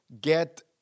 get